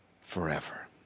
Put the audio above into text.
forever